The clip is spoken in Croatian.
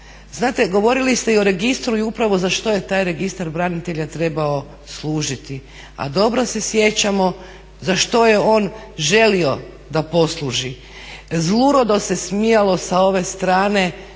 ratu. Govorili ste i o registru i upravo za što je taj Registar branitelja trebao služiti, a dobro se sjećamo za što je on želio da posluži. Zlurado se smijalo sa ove strane,